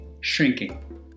shrinking